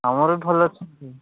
ଆମର ବି ଭଲ ଅଛନ୍ତି